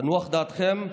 תנוח דעתכם,